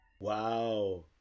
Wow